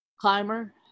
climber